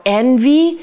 envy